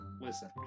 Listen